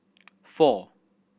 four